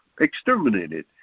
exterminated